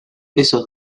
esos